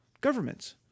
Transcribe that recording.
governments